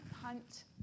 hunt